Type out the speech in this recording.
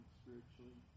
spiritually